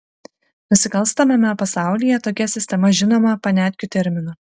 nusikalstamame pasaulyje tokia sistema žinoma paniatkių terminu